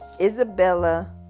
Isabella